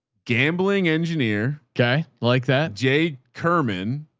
gambling engineer. okay like that. jay kerman